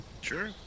Sure